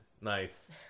Nice